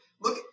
look